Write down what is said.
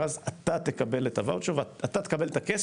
אתה תקבל את הכסף.